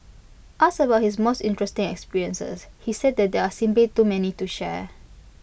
asked about his most interesting experiences he said that there are simply too many to share